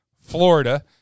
Florida